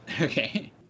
Okay